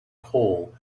coal